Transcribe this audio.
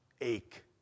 Ache